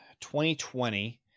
2020